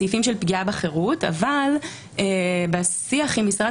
סעיפים של פגיעה בחירות אבל בשיח עם משרד